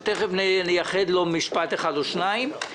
שתיכף נייחד לו משפט אחד או שניים,